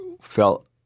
felt